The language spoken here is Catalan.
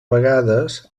vegades